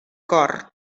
cor